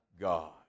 God